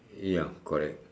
ya correct